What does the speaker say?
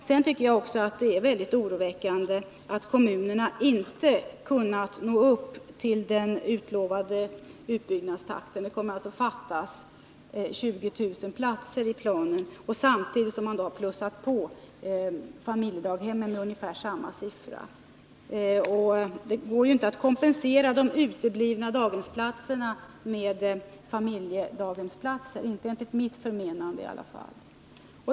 Jag tycker också att det är mycket oroväckande att kommunerna inte har kunnat nå upp till den utlovade utbyggnadstakten. Det kommer att fattas 20000 platser i utbyggnadsplanen samtidigt som man plussat på familjedaghemmen med ungefär samma siffra. Det går inte att kompensera de uteblivna daghemsplatserna med familjedaghemsplatser, inte enligt mitt förmenande i alla fall.